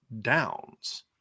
Downs